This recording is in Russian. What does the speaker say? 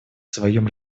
своем